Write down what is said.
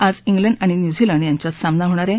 आज क्लिंड आणि न्यूझीलंड यांच्यात सामना होणार आहे